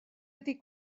ydy